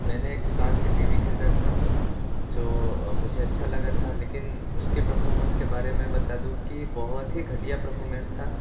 मैंने एक दुकान से एक टी वी ख़रीदा था जो मुझे अच्छा लगा था लेकिन उसकी परफ़ॉरमेंस के बारे में बता दूँ कि बहुत ही घटिया परफ़ोरमेंस था